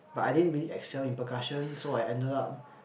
but I didn't really excel in percussion so I ended up